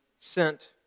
sent